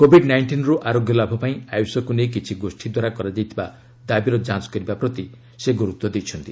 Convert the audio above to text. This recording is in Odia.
କୋଭିଡ୍ ନାଇଷ୍ଟିନ୍ରୁ ଆରୋଗ୍ୟ ଲାଭ ପାଇଁ ଆୟୁଷକୁ ନେଇ କିଛି ଗୋଷ୍ଠୀ ଦ୍ୱାରା କରାଯାଉଥିବା ଦାବିର ଯାଞ୍ଚ କରିବା ପ୍ରତି ସେ ଗୁରୁତ୍ୱ ଦେଇଛନ୍ତି